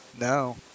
No